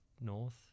north